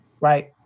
right